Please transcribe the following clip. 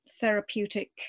therapeutic